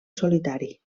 solitari